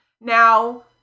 Now